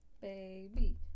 Baby